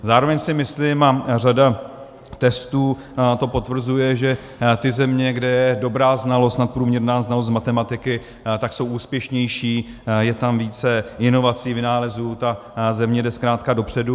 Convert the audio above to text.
Zároveň si myslím, a řada testů to potvrzuje, že ty země, kde je dobrá znalost, nadprůměrná znalost z matematiky, tak jsou úspěšnější, je tam více inovací, vynálezů, ta země jde zkrátka dopředu.